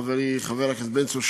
חברי חבר הכנסת בן צור,